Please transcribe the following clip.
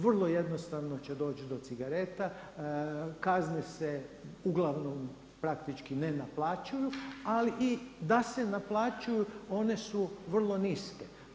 Vrlo jednostavno će doći do cigareta, kazne se uglavnom praktički ne naplaćuju ali i da se naplaćuju one su vrlo niske.